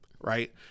right